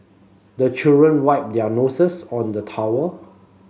the children wipe their noses on the towel